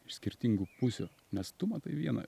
iš skirtingų pusių nes tu matai vieną